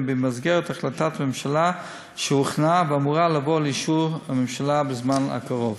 במסגרת החלטת ממשלה שהוכנה ואמורה לבוא לאישור הממשלה בזמן הקרוב.